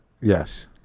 Yes